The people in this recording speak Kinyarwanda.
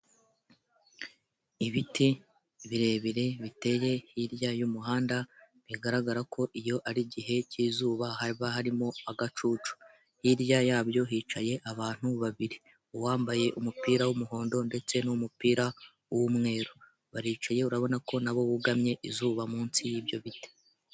Ibiti birebir biteye hirya y'umuhanda bigaragara ko iyo ari gihe cy'izuba haba harimo agacucu hirya yabyo hicaye abantu babiri uwambaye umupira w'umuhondo ndetse n'umupira w'umweru baricaye urabona ko nabo wugamye izuba munsi y'ibyo biti.